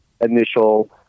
initial